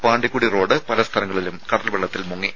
Pandikudi road പല സ്ഥലങ്ങളിലും കടൽവെള്ളത്തിൽ മുങ്ങി